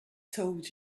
told